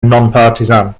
nonpartisan